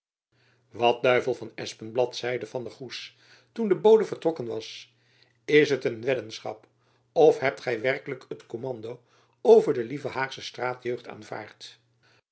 wat duivel van espenblad zeide van der goes toen de bode vertrokken was is het een weddenschap of hebt gy werkelijk het kommando over de lieve haagsche straatjeugd aanvaard